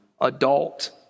adult